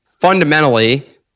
fundamentally